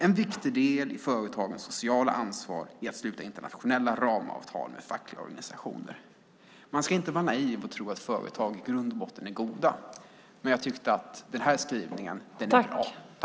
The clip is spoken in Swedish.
En viktig del i företagens sociala ansvar är att sluta internationella ramavtal med fackliga organisationer. Man ska inte vara nativ och tro att företag i grund och botten är goda, men jag tycker att den här skrivningen är bra.